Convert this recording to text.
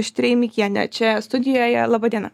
štreimikienė čia studijoje laba diena